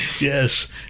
Yes